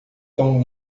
tão